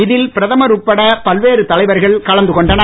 இதில் பிரதமர் உட்பட பல்வேறு தலைவர்கள் கலந்து கொண்டனர்